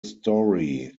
story